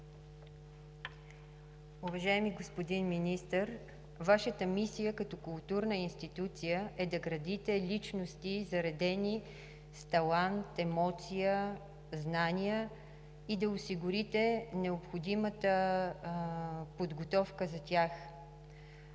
Уважаеми господин Министър, Вашата мисия като културна институция е да градите личности, заредени с талант, емоция, знания, и да осигурите необходимата подготовка за тях.